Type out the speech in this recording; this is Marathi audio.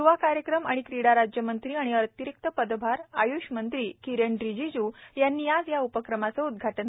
य्वा कार्यक्रम आणि क्रीडा राज्यमंत्री आणि अतिरिक्त पदभार आय्ष मंत्री किरण रिजिजू यांनी आज या उपक्रमाचं उद्घाटन केलं